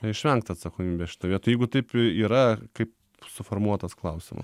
išvengt atsakomybės šitoj vietoj jeigu taip yra kaip suformuotas klausimas